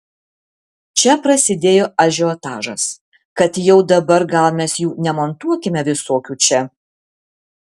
čia prasidėjo ažiotažas kad jau dabar gal mes jų nemontuokime visokių čia